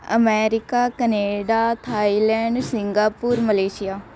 America Canada Thailand Singapore Malaysia